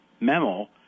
memo